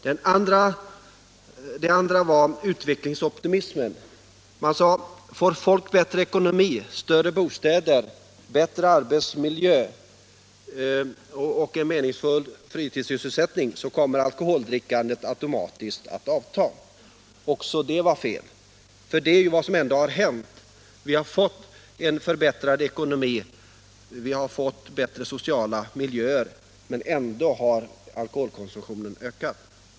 Den andra tankegången byggde på utvecklingsoptimismen. Man sade: Får folk bättre ekonomi, större bostäder, bättre arbetsmiljö och meningsfulla fritidssysselsättningar kommer alkoholdrickandet automatiskt att avta. Också det var fel. Vi har fått en förbättrad ekonomi och bättre sociala miljöer, men ändå har alkoholkonsumtionen ökat.